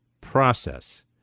process